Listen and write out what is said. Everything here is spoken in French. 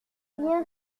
bien